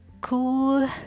cool